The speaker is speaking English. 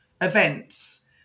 events